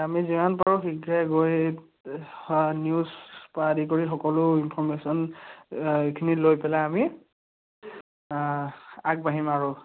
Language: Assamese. আমি যিমান পাৰোঁ শীঘ্ৰে গৈ নিউজৰ পৰা আদি কৰি সকলো ইনফৰ্মেশ্যন খিনি লৈ পেলাই আমি আগবাঢ়িম আৰু